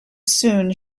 soon